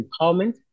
Empowerment